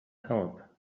help